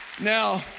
Now